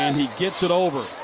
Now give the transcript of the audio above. and he gets it over.